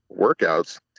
workouts